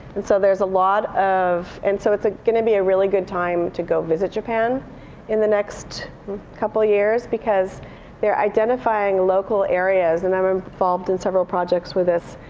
and so there's a lot of and so it's going to be a really good time to go visit japan in the next couple of years because they're identifying local areas and i'm involved in several projects with this.